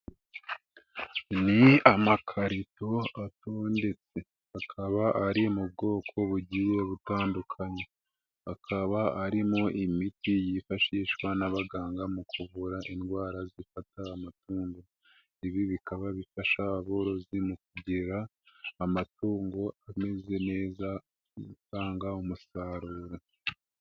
Ni amakarito atondetse ndetse akaba ari mu bwoko bugiye butandukanye. Akaba arimo imiti yifashishwa n'abaganga mu kuvura indwara zifata amatungo. Ibi bikaba bifasha aborozi mu kugira amatungo ameze neza mu gutanga umusaruro.